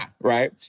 right